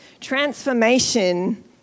Transformation